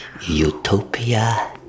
Utopia